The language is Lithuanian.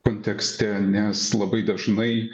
kontekste nes labai dažnai